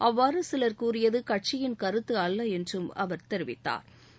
அவ்வாறு சில் கூறியது கட்சியின் கருத்து அல்ல என்றும் அவா் தெரிவித்தாா்